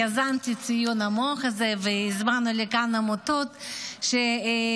יזמתי את ציון יום המוח הזה והזמנו לכאן עמותות שתומכות